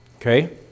Okay